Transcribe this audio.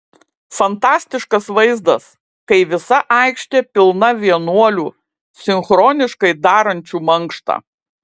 fantastiškas vaizdas kai visa aikštė pilna vienuolių sinchroniškai darančių mankštą